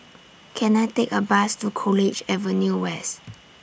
Can I Take A Bus to College Avenue West